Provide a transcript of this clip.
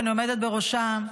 שאני עומדת בראשה,